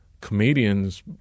comedians